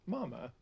Mama